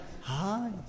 Hi